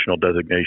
designation